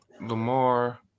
Lamar